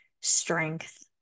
strength